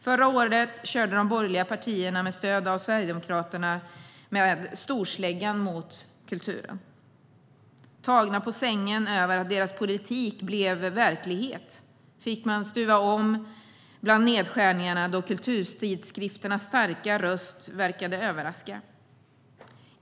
Förra året körde de borgerliga partierna med stöd av Sverigedemokraterna med storsläggan mot kulturen. Tagna på sängen över att deras politik blev verklighet fick de stuva om bland nedskärningarna då kulturtidskrifternas starka röst verkade överraska.